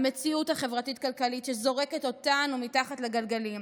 המציאות החברתית-כלכלית שזורקת אותנו מתחת לגלגלים,